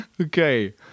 Okay